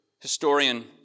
historian